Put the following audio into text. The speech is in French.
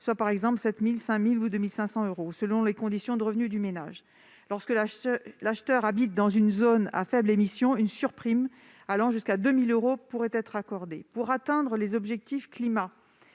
soit par exemple 7 000, ou 5 000, ou 2 500 euros, en fonction des revenus du ménage. Lorsque l'acheteur habite dans une zone à faibles émissions, une surprime allant jusqu'à 2 000 euros pourrait être accordée. Pour atteindre les objectifs pour